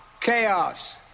chaos